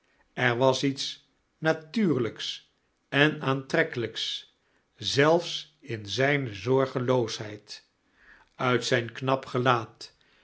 er was iets natuurlijks en aantrekkelijks zelfs in zijne zorgeloosheid uit zijn knap gelaat